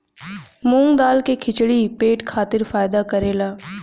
मूंग दाल के खिचड़ी पेट खातिर फायदा करेला